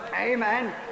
amen